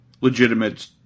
legitimate